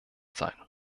sein